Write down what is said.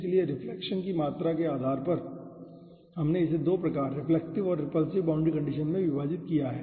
इसलिए रिफ्लेक्शन की मात्रा के आधार पर हमने इसे 2 प्रकार रिफ्लेक्टिव और रिपल्सिव बाउंड्री कंडीशन में विभाजित किया है